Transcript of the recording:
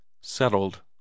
settled